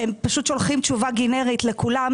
הם פשוט שולחים תשובה גנרית לכולם,